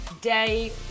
day